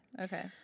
okay